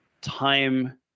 time